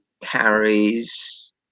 carries